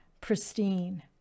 pristine